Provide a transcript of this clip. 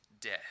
death